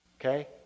okay